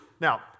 Now